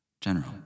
General